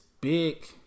big